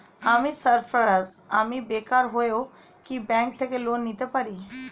আমি সার্ফারাজ, আমি বেকার হয়েও কি ব্যঙ্ক থেকে লোন নিতে পারি?